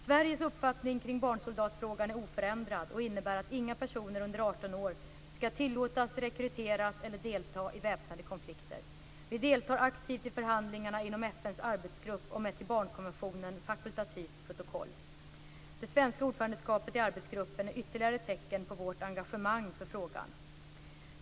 Sveriges uppfattning kring barnsoldatfrågan är oförändrad och innebär att inga personer under 18 år ska tillåtas rekryteras eller delta i väpnade konflikter. Vi deltar aktivt i förhandlingarna inom FN:s arbetsgrupp om ett till barnkonventionen fakultativt protokoll. Det svenska ordförandeskapet i arbetsgruppen är ytterligare ett tecken på vårt engagemang för frågan.